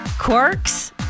Quirks